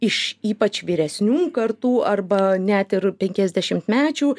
iš ypač vyresnių kartų arba net ir penkiasdešimtmečių